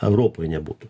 europoj nebūtų